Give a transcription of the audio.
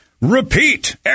repeat